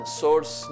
source